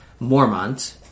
Mormont